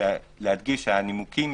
הנימוקים